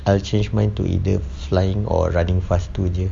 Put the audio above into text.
I'll change mine to either flying or running fast tu jer